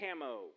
camo